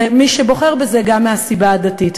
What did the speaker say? ומי שבוחר בזה, גם מהסיבה הדתית.